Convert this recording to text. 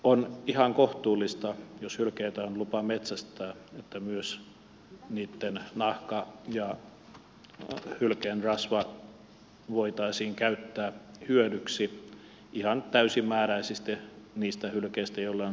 on ihan kohtuullista että jos hylkeitä on lupa metsästää niin myös niitten nahka ja hylkeen rasva voitaisiin käyttää hyödyksi ihan täysimääräisesti niistä hylkeistä joille on pyyntilupa